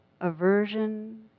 aversion